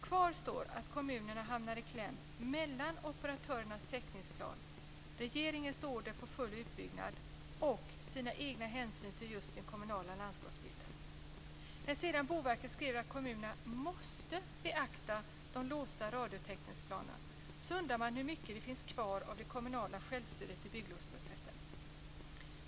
Kvar står att kommunerna hamnar i kläm mellan operatörernas täckningsplan, regeringens order om full utbyggnad och sina egna hänsyn till den kommunala landskapsbilden. När sedan Boverket skriver att kommunerna måste beakta de låsta radiotäckningsplanerna undrar man hur mycket som finns kvar av det kommunala självstyret i bygglovsprocessen.